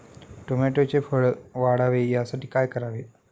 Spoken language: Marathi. टोमॅटोचे फळ वाढावे यासाठी काय करावे?